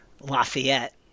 Lafayette